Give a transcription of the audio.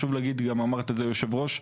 וכמו שאמרת קודם אדוני היושב ראש,